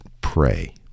pray